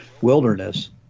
wilderness